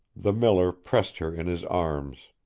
the miller pressed her in his arms